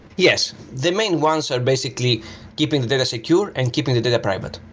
yes. the main ones are basically keeping the data secure and keeping the data private,